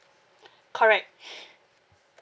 correct